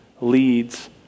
leads